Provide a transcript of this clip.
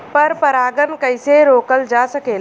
पर परागन कइसे रोकल जा सकेला?